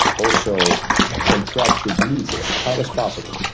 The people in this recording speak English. also contract your gluts as tight as possible,